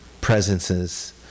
presences